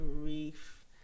grief